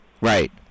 Right